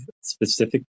specific